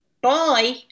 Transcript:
Bye